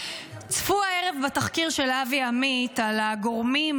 צפו הערב בתחקיר של אבי עמית על הגורמים